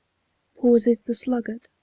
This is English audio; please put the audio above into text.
pauses the sluggard,